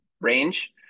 range